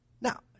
Now